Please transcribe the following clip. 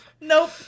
nope